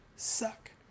suck